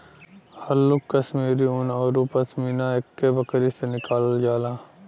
हल्लुक कश्मीरी उन औरु पसमिना एक्के बकरी से निकालल जाला